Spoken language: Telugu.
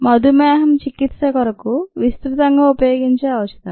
మధుమేహం చికిత్స కొరకు విస్తృతంగా ఉపయోగించే ఔషధం